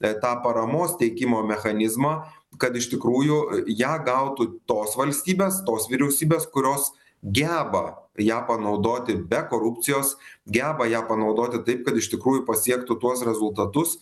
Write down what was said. tą paramos teikimo mechanizmą kad iš tikrųjų ją gautų tos valstybės tos vyriausybės kurios geba ją panaudoti be korupcijos geba ją panaudoti taip kad iš tikrųjų pasiektų tuos rezultatus